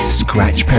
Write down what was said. scratch